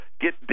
get